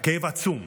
הכאב עצום.